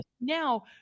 now